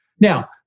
Now